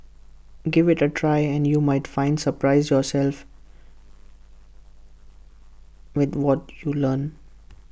give IT A try and you might find surprise yourself with what you learn